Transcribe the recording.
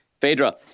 Phaedra